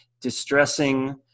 distressing